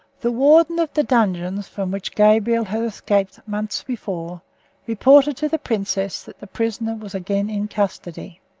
the warden of the dungeons from which gabriel had escaped months before reported to the princess that the prisoner was again in custody.